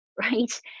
right